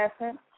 Essence